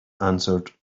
answered